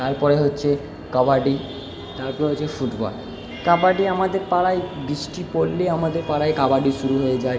তারপরে হচ্ছে কাবাডি তারপরে হচ্ছে ফুটবল কাবাডি আমাদের পাড়ায় বৃষ্টি পড়লে আমাদের পাড়ায় কাবাডি শুরু হয়ে যায়